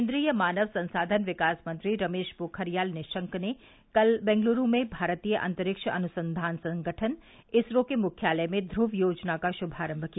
केन्द्रीय मानव संसाधन विकास मंत्री रमेश पोखरियाल निशंक ने कल बंगलूरू में भारतीय अंतरिक्ष अनुसंधान संगठन इसरो के मुख्यालय में ध्रुव योजना का शुभारंभ किया